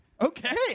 Okay